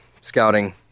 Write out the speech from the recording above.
scouting